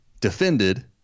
defended